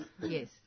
yes